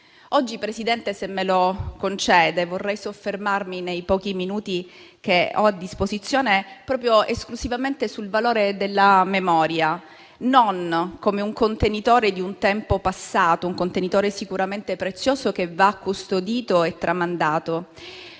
Signor Presidente, se me lo concede, oggi vorrei soffermarmi, nei pochi minuti che ho a disposizione, proprio ed esclusivamente sul valore della memoria, ma non come contenitore di un tempo passato, un contenitore sicuramente prezioso, che va custodito e tramandato.